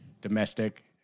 domestic